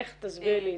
איך תסבירי את זה?